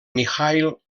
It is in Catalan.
mikhaïl